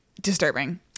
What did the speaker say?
disturbing